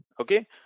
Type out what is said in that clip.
Okay